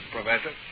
Professor